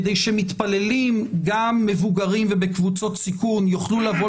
כדי שמתפללים גם מבוגרים ובקבוצות סיכון יוכלו לבוא